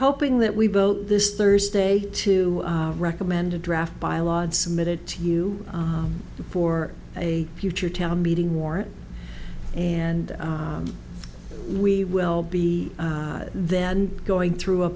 hoping that we vote this thursday to recommend a draft bylaws submitted to you for a future town meeting warrant and we will be then going through a